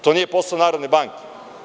To nije posao Narodne banke.